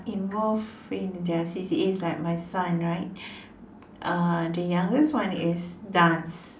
involved in their C_C_As like my son right uh the youngest one is dance